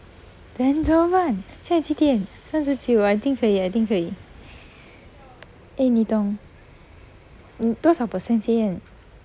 then 怎么办现在几点三十九 I think 可以 I think 可以 eh 你懂多少 percent 先